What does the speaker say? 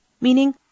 Meaning